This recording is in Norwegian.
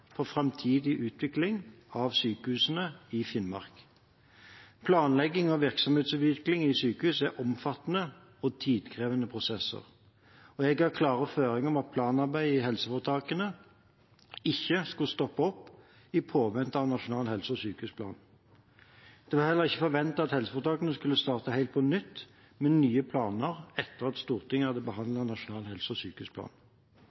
for framtidig utvikling av sykehusene i Finnmark. Planlegging og virksomhetsutvikling i sykehus er omfattende og tidkrevende prosesser, og jeg har lagt klare føringer om at planarbeidet i helseforetakene ikke skulle stoppe opp i påvente av Nasjonal helse- og sykehusplan. Det var heller ikke forventet at helseforetakene skulle starte helt på nytt med nye planer etter at Stortinget hadde